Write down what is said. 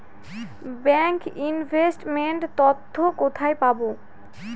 Bank investment তথ্য কোথায় পাব?